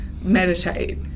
meditate